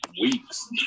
Weeks